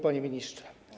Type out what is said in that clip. Panie Ministrze!